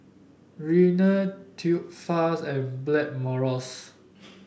Rene Tubifast and Blackmores